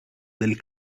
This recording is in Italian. del